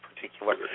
particular